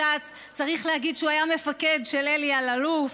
צריך להגיד שהוא היה מפקד של אלי אלאלוף,